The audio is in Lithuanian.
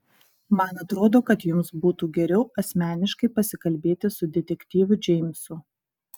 man atrodo kad jums būtų geriau asmeniškai pasikalbėti su detektyvu džeimsu